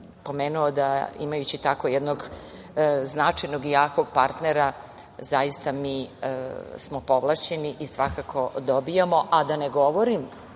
spomenuo da imajući tako jednog značajnog i jakog partnera, zaista smo mi povlašćeni i svakako dobijamo, a da ne govorim,